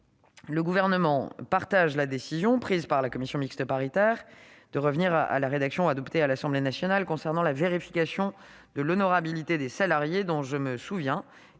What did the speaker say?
le Gouvernement approuve la décision prise par la commission mixte paritaire de revenir à la rédaction adoptée par l'Assemblée nationale concernant la vérification de l'honorabilité des salariés, dont je me souviens